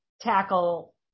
tackle